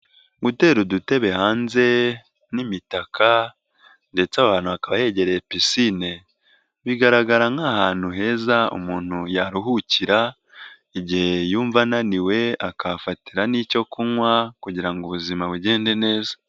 Gutera udutebe hanze n'imitaka ndetse aho hantu akaba hegereye pisine bigaragara nk'ahantu heza umuntu yaruhukira igihe yumva ananiwe akahafatira n'icyo kunywa kugira ngo ubuzima bugende neza.